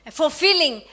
fulfilling